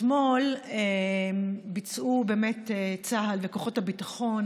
אתמול ביצעו צה"ל וכוחות הביטחון